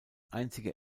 einzige